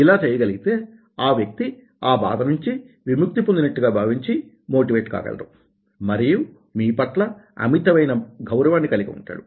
ఇలా చేయగలిగితే ఆ వ్యక్తి ఆ బాధ నుంచి విముక్తి పొందినట్లుగా భావించి మోటివేట్ కాగలడు మరియు మీ పట్ల అమితమైన గౌరవాన్ని కలిగి ఉంటాడు